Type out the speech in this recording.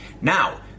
Now